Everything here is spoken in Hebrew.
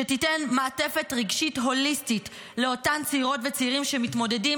שתיתן מעטפת רגשית הוליסטית לאותם צעירות וצעירים שמתמודדים